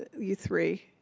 you three,